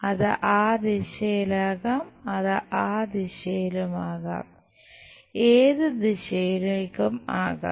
അത് ആ ദിശയിലാകാം അത് ആ ദിശയിലുമാകാം ഏത് ദിശയിലേക്കും ആകാം